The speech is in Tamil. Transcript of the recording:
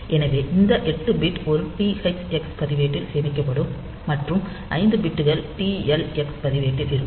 எனவே இந்த 8 பிட்கள் ஒரு THX பதிவேட்டில் சேமிக்கப்படும் மற்றும் 5 பிட்கள் TL x பதிவேட்டில் இருக்கும்